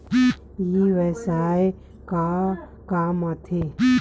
ई व्यवसाय का काम आथे?